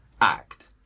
act